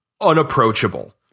unapproachable